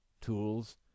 tools